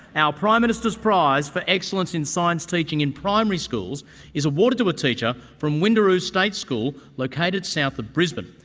our prime minister's prize for excellence in science teaching in primary schools is awarded to a teacher from windaroo state school located south of brisbane.